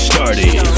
Started